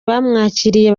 bamwakiriye